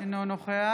אינו נוכח